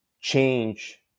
change